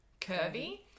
curvy